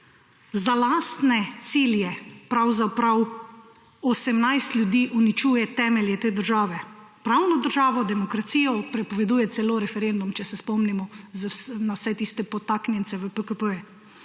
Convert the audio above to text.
Za lastne cilje pravzaprav 18 ljudi uničuje temelje te države. Pravno državo, demokracijo prepoveduje celo referendum, če se spomnimo na vse tiste podtaknjence v PKP.